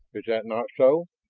is that not so?